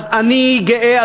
אז אני גאה,